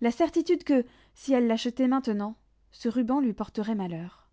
la certitude que si elle l'achetait maintenant ce ruban lui porterait malheur